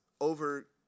over